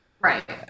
Right